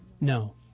No